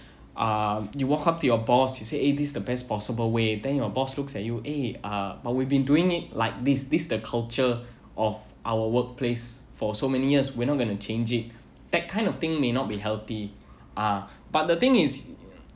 uh you woke up to your boss you say eh this the best possible way then your boss looks at you eh uh but we've been doing it like this this the culture of our workplace for so many years we're not going to change it that kind of thing may not be healthy uh but the thing is